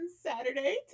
Saturday